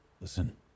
Listen